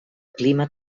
clima